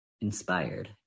inspired